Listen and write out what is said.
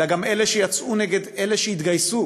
אלא גם אלה שיצאו נגד אלה שהתגייסו